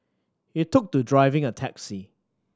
he took to driving a taxi